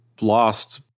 lost